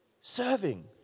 Serving